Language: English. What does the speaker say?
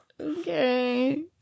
Okay